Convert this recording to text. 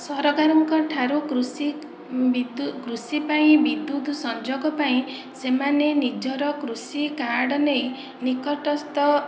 ସରକାରଙ୍କ ଠାରୁ କୃଷି ବିଦୁ କୃଷି ପାଇଁ ବିଦ୍ୟୁତ ସଂଯୋଗ ପାଇଁ ସେମାନେ ନିଜର କୃଷି କାର୍ଡ଼ ନେଇ ନିକଟସ୍ଥ